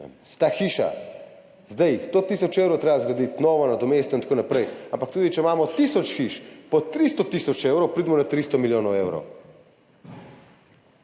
ta hiša zdaj na 100 tisoč evrov, je treba zgraditi novo, nadomestno in tako naprej, ampak tudi če imamo tisoč hiš po 300 tisoč evrov, pridemo na 300 milijonov evrov.